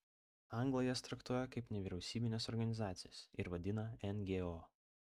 anglai jas traktuoja kaip nevyriausybines organizacijas ir vadina ngo